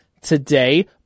today